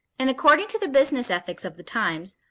and according to the business ethics of the times,